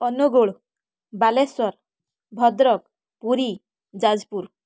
Angul Baleswar Bhadrak Puri Jajpur